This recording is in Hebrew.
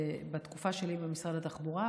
בתקופה שלי במשרד התחבורה,